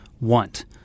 want